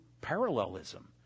parallelism